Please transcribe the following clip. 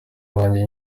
wanjye